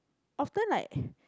often like